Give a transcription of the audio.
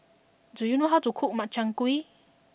do you know how to cook Makchang Gui